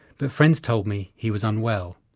but friends told me he was unwell,